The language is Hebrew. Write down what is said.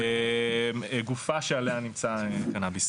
גופה שעליה נמצא קנאביס.